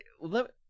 Let